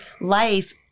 life